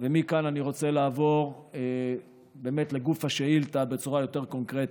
מכאן אני רוצה לעבור לגוף השאילתה בצורה יותר קונקרטית.